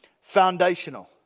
foundational